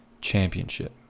Championship